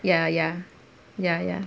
ya ya ya ya